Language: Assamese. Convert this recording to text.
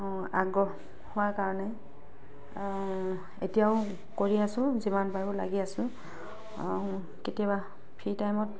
আগ্ৰহ হোৱা কাৰণে এতিয়াও কৰি আছো যিমান পাৰো লাগি আছো কেতিয়াবা ফ্ৰী টাইমত